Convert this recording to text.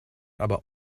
aber